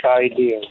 ideas